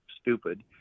stupid